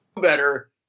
better